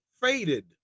faded